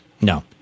No